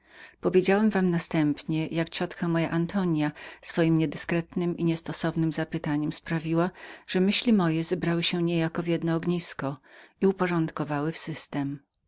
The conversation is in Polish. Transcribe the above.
powiedziałem wam następnie jak ciotka moja antonia dziwnem zapytaniem sprawiła że myśli moje zebrały się niejako w jedno ognisko i uporządkowały w system